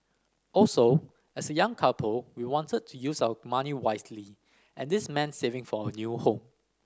also as a young couple we wanted to use our money wisely and this meant saving for our new home